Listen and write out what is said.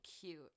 cute